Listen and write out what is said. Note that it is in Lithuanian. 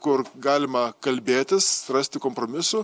kur galima kalbėtis rasti kompromisų